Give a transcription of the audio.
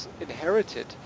inherited